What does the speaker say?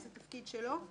זה תפקיד שלו?